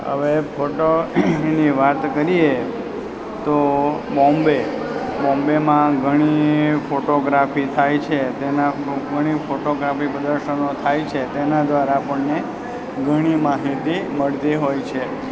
હવે ફોટો ની વાત કરીએ તો બોમ્બે બોમ્બેમાં ઘણી ફોટોગ્રાફી થાય છે તેના ફોટોગ્રાફી પ્રદર્શનો થાય છે તેના દ્વારા આપણને ઘણી માહિતી મળતી હોય છે